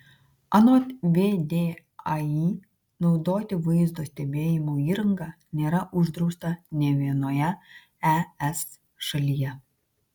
anot vdai naudoti vaizdo stebėjimo įrangą nėra uždrausta nė vienoje es šalyje